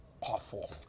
awful